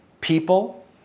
people